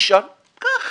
ככה.